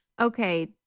okay